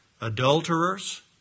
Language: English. adulterers